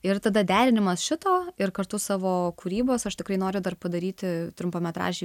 ir tada derinimas šito ir kartu savo kūrybos aš tikrai noriu dar padaryti trumpametražį